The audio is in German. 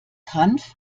hanf